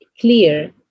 clear